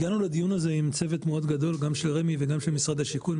הגענו לדיון הזה עם צוות מאוד גדול גם של רמ"י וגם של משרד השיכון,